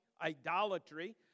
idolatry